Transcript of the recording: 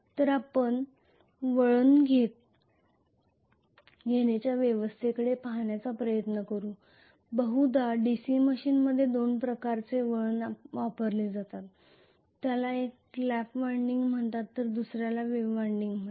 तर आपण वळण घेण्याच्या व्यवस्थेकडे पाहण्याचा प्रयत्न करू बहुधा DC मशीनमध्ये दोन प्रकारचे वळण वापरले जातात ज्याला एक लॅप वायंडिंग म्हणतात तर दुसऱ्याला वेव्ह वायंडिंग म्हणतात